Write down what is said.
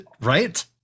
Right